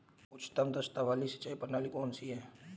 उच्चतम दक्षता वाली सिंचाई प्रणाली कौन सी है?